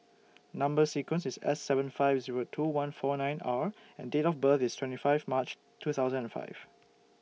Number sequence IS S seven five Zero two one four nine R and Date of birth IS twenty five March two thousand and five